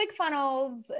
ClickFunnels